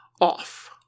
off